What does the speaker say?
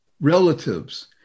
relatives